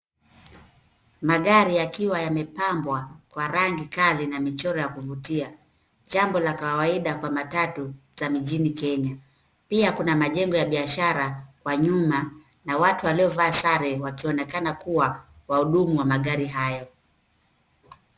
Magari yakiwa yamepambwa kwa rangi kali na michoro ya kuvutia, jambo la kawaida kwa matatu za mijini Kenya. Pia kuna majengo ya biashara kwa nyuma na watu waliovaa sare wakionekana kuwa wahudumu wa magari haya.